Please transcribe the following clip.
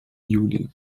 juli